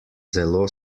zelo